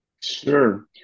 Sure